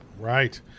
Right